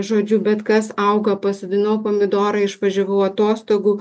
žodžiu bet kas auga pasodinau pomidorą išvažiavau atostogų